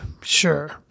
Sure